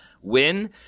win